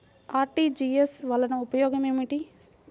RTGS వలన ఉపయోగం ఏమిటీ?